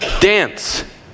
dance